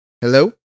Hello